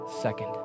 second